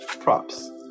props